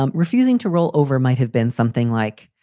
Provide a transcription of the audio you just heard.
um refusing to roll over might have been something like.